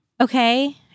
Okay